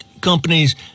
companies